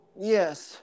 Yes